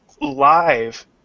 live